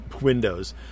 Windows